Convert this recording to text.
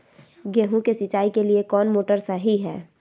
गेंहू के सिंचाई के लिए कौन मोटर शाही हाय?